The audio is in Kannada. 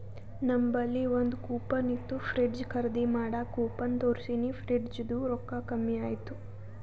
ನಂಬಲ್ಲಿ ಒಂದ್ ಕೂಪನ್ ಇತ್ತು ಫ್ರಿಡ್ಜ್ ಖರ್ದಿ ಮಾಡಾಗ್ ಕೂಪನ್ ತೋರ್ಸಿನಿ ಫ್ರಿಡ್ಜದು ರೊಕ್ಕಾ ಕಮ್ಮಿ ಆಯ್ತು